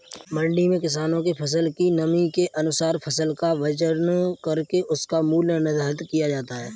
मंडी में किसानों के फसल की नमी के अनुसार फसल का वजन करके उसका मूल्य निर्धारित किया जाता है